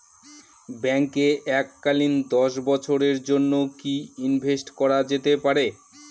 ব্যাঙ্কে এককালীন দশ বছরের জন্য কি ইনভেস্ট করা যেতে পারে?